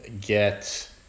get